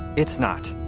it's not.